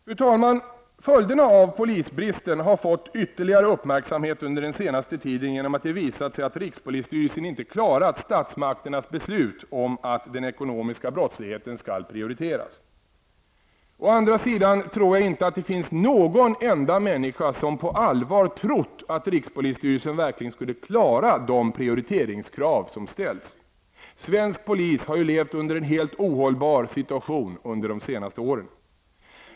Fru talman! Följderna av polisbristen har fått ytterligare uppmärksamhet under den senaste tiden genom att det har visat sig att rikspolisstyrelsen inte har klarat statsmakternas beslut om att den ekonomiska brottsligheten skall prioriteras. Å andra sidan tror jag inte att det finns någon enda människa som på allvar har trott att rikspolisstyrelsen verkligen skulle klara de prioriteringskrav som har ställts. För svensk polis har ju situationen varit helt ohållbar under de senaste åren.